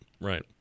right